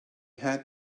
had